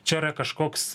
čia yra kažkoks